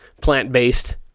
plant-based